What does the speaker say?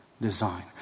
design